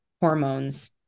hormones